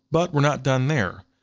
but, we're not done there.